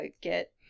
get